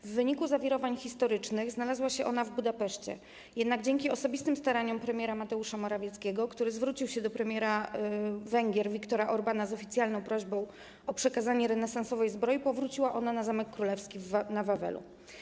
W wyniku zawirowań historycznych znalazła się ona w Budapeszcie, jednak dzięki osobistym staraniom premiera Mateusza Morawieckiego, który zwrócił się do premiera Węgier Viktora Orbána z oficjalną prośbą o przekazanie renesansowej zbroi, powróciła ona na Zamek Królewski na Wawelu.